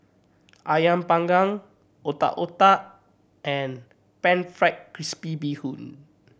Ayam Panggang Otak Otak and Pan Fried Crispy Bee Hoon